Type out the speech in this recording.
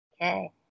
Okay